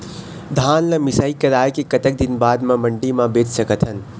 धान ला मिसाई कराए के कतक दिन बाद मा मंडी मा बेच सकथन?